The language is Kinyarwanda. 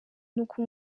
n’uko